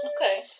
Okay